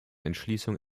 entschließung